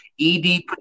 ED